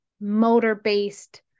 motor-based